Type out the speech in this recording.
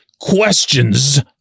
questions